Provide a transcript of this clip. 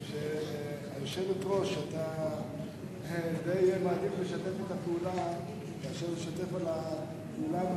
שהיושבת-ראש שאתה די מעדיף לשתף אתה פעולה מאשר לשתף פעולה